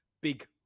big